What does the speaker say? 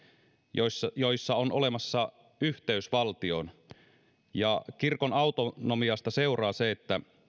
joissa joissa on olemassa yhteys valtioon ja kirkon autonomiasta seuraa se että